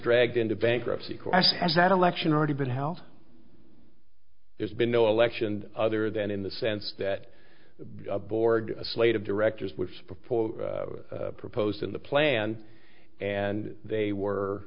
dragged into bankruptcy question as that election already been held there's been no election other than in the sense that the board a slate of directors was before proposed in the plan and they were